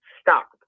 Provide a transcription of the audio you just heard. stop